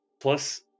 plus